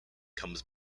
comes